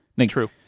True